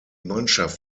mannschaft